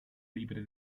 libre